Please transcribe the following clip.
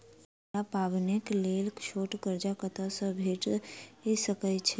हमरा पाबैनक लेल छोट कर्ज कतऽ सँ भेटि सकैये?